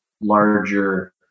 larger